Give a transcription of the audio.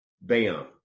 bam